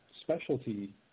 specialty